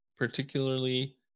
particularly